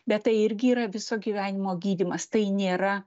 bet tai irgi yra viso gyvenimo gydymas tai nėra